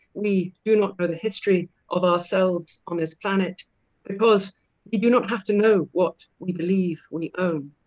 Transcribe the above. we do not know the history of our selves on this planet because we do not have to know what we believe we own.